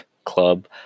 club